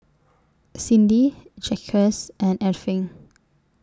Cyndi Jaquez and Irving